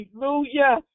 Hallelujah